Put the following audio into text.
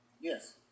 Yes